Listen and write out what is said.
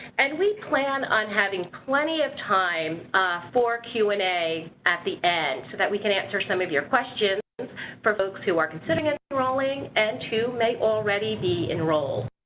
and we plan on having plenty of time for q and a at the end, so that we can answer some of your questions for folks who are considering enrolling and who may already be enrolled.